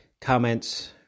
comments